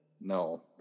No